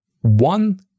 One